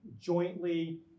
jointly